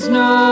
no